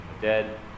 dead